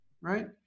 Right